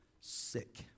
Sick